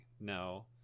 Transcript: No